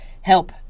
help